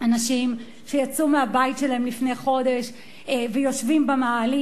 אנשים שיצאו מהבית שלהם לפני חודש ויושבים במאהלים,